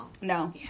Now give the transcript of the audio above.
No